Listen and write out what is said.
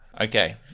Okay